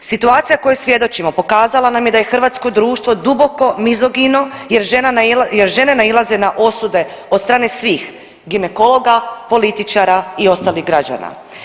Situacija kojoj svjedočimo pokazala nam je da je hrvatsko društvo duboko mizogino jer žene nailaze na osude od strane svih ginekologa, političara i ostalih građana.